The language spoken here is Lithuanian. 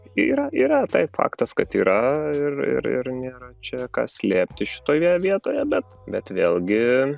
yra yra taip faktas kad yra ir ir nėra čia ką slėpti šitoje vietoje bet bet vėlgi